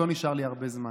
לא נשאר לי הרבה זמן,